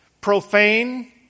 Profane